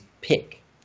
pick